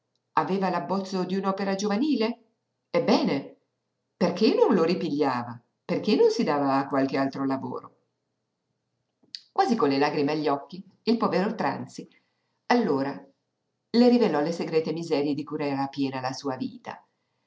aveva l'abbozzo di un'opera giovanile ebbene perché non lo ripigliava perché non si dava a qualche altro lavoro quasi con le lagrime a gli occhi il povero tranzi allora le rivelò le segrete miserie di cui era piena la sua vita